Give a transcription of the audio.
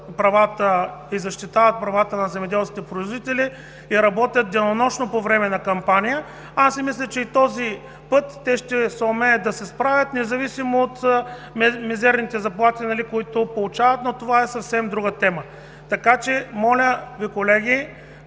защитават и отстояват правата на земеделските производители и работят денонощно по време на кампания. Мисля, че и този път те ще съумеят да се справят, независимо от мизерните заплати, които получават, макар че това е съвсем друга тема. Колеги, моля Ви да